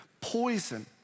poison